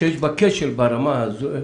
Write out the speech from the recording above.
שיש בה כשל ברמה הזו,